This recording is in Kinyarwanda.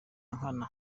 nkana